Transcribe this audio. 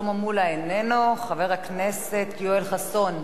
חבר הכנסת שלמה מולה, איננו, חבר הכנסת יואל חסון,